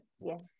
Yes